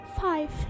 Five